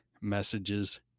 messages